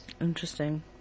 Interesting